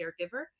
caregiver